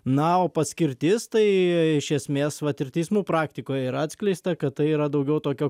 na o paskirtis tai iš esmės vat ir teismų praktikoje yra atskleista kad tai yra daugiau tokio